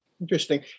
Interesting